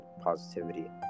positivity